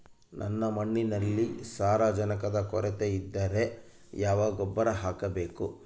ನನ್ನ ಮಣ್ಣಿನಲ್ಲಿ ಸಾರಜನಕದ ಕೊರತೆ ಇದ್ದರೆ ಯಾವ ಗೊಬ್ಬರ ಹಾಕಬೇಕು?